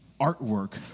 artwork